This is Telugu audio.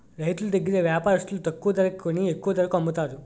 రైతులు దగ్గర వ్యాపారస్తులు తక్కువ ధరకి కొని ఎక్కువ ధరకు అమ్ముతారు